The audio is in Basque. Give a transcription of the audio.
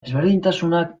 ezberdintasunak